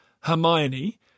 Hermione